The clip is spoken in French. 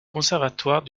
conservatoire